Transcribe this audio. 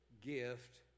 gift